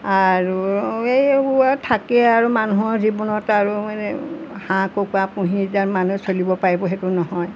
আৰু এইবোৰ আৰু থাকে আৰু মানুহৰ জীৱনত আৰু মানে হাঁহ কুকুৰা পুহি যাৰ মানুহ চলিব পাৰিব সেইটো নহয়